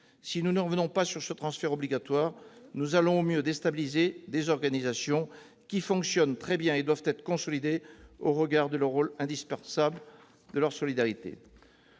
Si nous ne revenons pas sur ce transfert « obligatoire », nous allons, au mieux, déstabiliser des organisations qui fonctionnent très bien et doivent être consolidées au regard de leur rôle indispensable en termes de solidarité